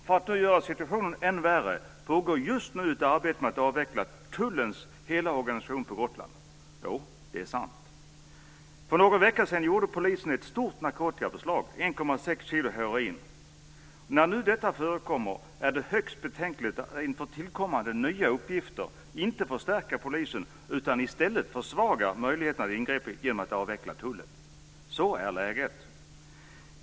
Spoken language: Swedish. För att göra situationen än värre pågår just nu ett arbete med att avveckla tullens hela organisation på Gotland. Jo, det är sant! För någon vecka sedan gjorde polisen ett stort narkotikabeslag på 1,6 kilo heroin. När nu sådant förekommer är det högst betänkligt att man inför tillkommande nya uppgifter inte förstärker polisen utan i stället försvagar möjligheterna att ingripa genom att avveckla tullen. Så är läget.